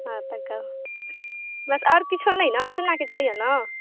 हँ तऽ कहु बस आओर किछो नहि ने आओर तऽ नहि किछु होइए ने